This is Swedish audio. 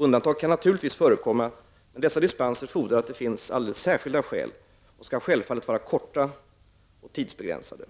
Undantag kan naturligtvis förekomma, men dessa dispenser fordrar att det finns alldeles särskilda skäl och dispenserna skall självfallet vara korta och tidsbegränsade.